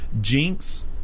Jinx